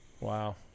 wow